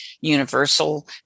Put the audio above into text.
universal